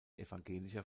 evangelischer